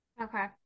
Okay